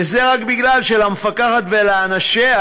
וזה רק בגלל שלמפקחת ולאנשיה,